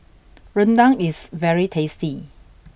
Rendang is very tasty